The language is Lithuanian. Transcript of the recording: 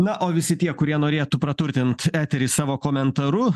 na o visi tie kurie norėtų praturtint eterį savo komentaru